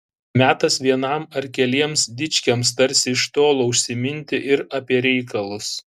metas vienam ar keliems dičkiams tarsi iš tolo užsiminti ir apie reikalus